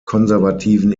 konservativen